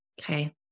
Okay